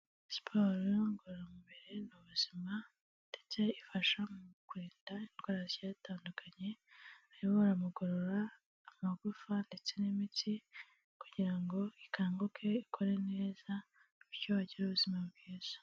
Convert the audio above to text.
Siporo ngororamubiri n'ubuzima, ndetse ifasha mu kurinda indwara zigiye zitandukanye. Barimo baramugorora amagufa ndetse n'imitsi, kugira ngo ikanguke ikore neza. Bityo bagire ubuzima bwiza.